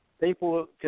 people